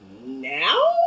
Now